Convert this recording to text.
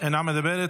אינה מדברת,